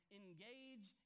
engage